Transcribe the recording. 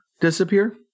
disappear